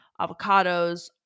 avocados